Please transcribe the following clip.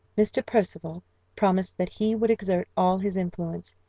mr. percival promised that he would exert all his influence,